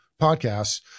podcasts